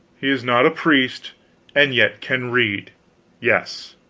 he is not a priest and yet can read yes,